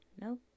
No